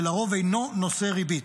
שלרוב אינו נושא ריבית.